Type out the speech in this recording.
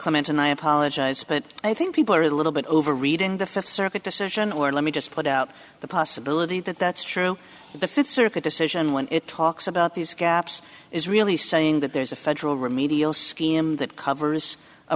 and i apologize but i think people are a little bit over reading the fifth circuit decision or let me just put out the possibility that that's true the fifth circuit decision when it talks about these gaps is really saying that there's a federal remedial scheme that covers a